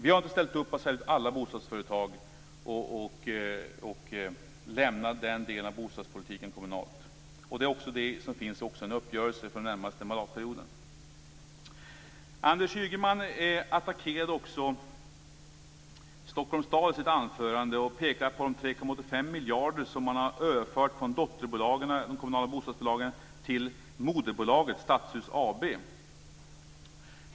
Vi har inte ställt upp på att sälja alla bostadsföretag och lämnat den delen av bostadspolitiken kommunalt. Det finns också en uppgörelse för den närmaste mandatperioden. Anders Ygeman attackerade också Stockholms stad i sitt anförande och pekade på de 3,85 miljarder som man har överfört från de kommunala dotterbolagen till moderbolaget Stadshus AB.